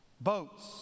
boats